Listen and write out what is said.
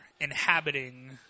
inhabiting